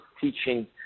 teaching